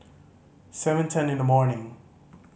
seven ten in the morning